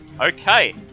Okay